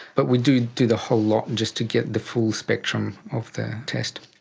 but we do do the whole lot just to get the full spectrum of the test.